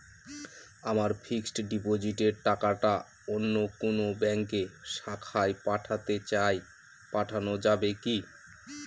আমার ফিক্সট ডিপোজিটের টাকাটা অন্য কোন ব্যঙ্কের শাখায় পাঠাতে চাই পাঠানো যাবে কি?